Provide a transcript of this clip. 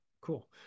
cool